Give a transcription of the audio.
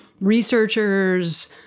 researchers